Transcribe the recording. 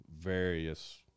various